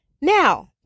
now